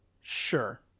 Sure